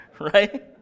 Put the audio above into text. right